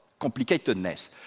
complicatedness